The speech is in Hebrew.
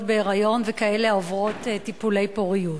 בהיריון וכאלה העוברות טיפולי פוריות.